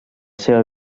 seva